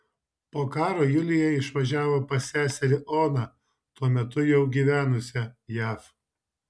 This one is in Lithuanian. po karo julija išvažiavo pas seserį oną tuo metu jau gyvenusią jav